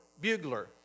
bugler